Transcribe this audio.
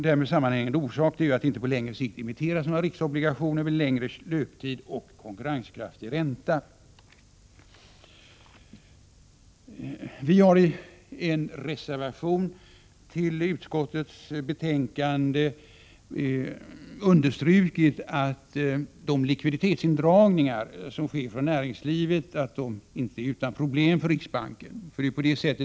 Därmed sammanhänger det faktum att det inte på längre sikt emitteras några riksobligationer med längre löptid och konkurrenskraftig ränta. Vi har i en reservation till utskottets betänkande understrukit att de likviditetsindragningar som sker från näringslivet inte är utan problem för riksbanken.